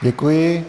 Děkuji.